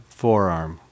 forearm